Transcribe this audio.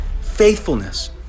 faithfulness